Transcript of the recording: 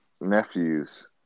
nephews